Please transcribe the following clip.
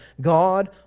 God